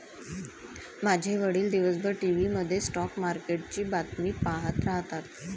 माझे वडील दिवसभर टीव्ही मध्ये स्टॉक मार्केटची बातमी पाहत राहतात